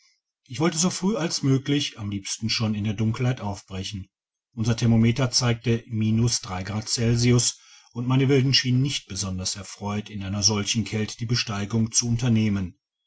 ich wollte so früh als möglich am liebsten schon in der dunkelheit aufbrechen unser thermometer zeigte drei grad celsius und meine wilden schienen nicht besonders erfreut in einer solchen kälte die besteigung zu unternehmen